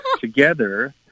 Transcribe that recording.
together